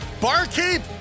Barkeep